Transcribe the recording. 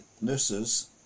Nurses